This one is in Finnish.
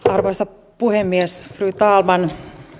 arvoisa puhemies fru talman